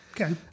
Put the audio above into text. Okay